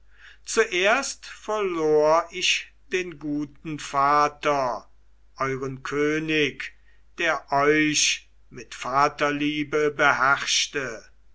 zuerst verlor ich den guten vater euren könig der euch mit vaterliebe beherrschte